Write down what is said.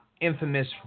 infamous